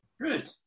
Good